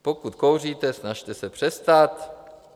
Pokud kouříte, snažte se přestat.